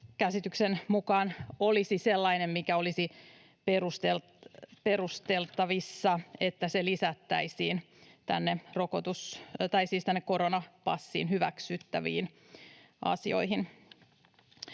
käsityksen mukaan olisi sellainen, että olisi perusteltavissa, että se lisättäisiin koronapassiin hyväksyttäviin asioihin.